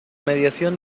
mediación